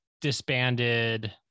disbanded